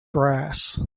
grass